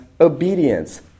obedience